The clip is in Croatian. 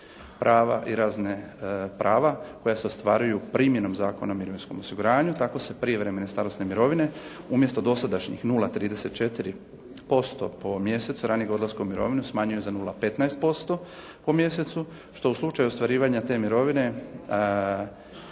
prava i razine prava koje se ostvaruju primjenom Zakona o mirovinskom osiguranju. Tako su privremene starosne mirovine umjesto dosadašnjih 0,34% po mjesecu ranijim odlaskom u mirovinu smanjuju za 0,15% po mjesecu što u slučaju ostvarivanja te mirovine